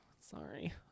sorry